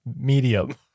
medium